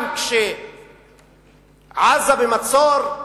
גם כשעזה במצור,